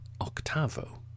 octavo